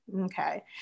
okay